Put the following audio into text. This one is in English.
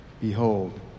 Behold